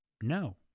No